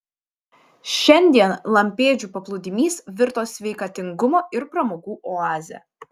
šiandien lampėdžių paplūdimys virto sveikatingumo ir pramogų oaze